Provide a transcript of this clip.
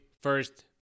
first